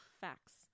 facts